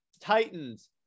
titans